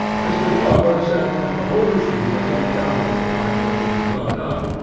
mr. jobba said that the whole machine was undoubtedly liable to be blown up,